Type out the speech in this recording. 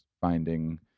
finding